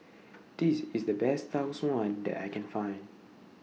This IS The Best Tau Suan that I Can Find